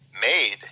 made